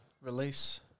release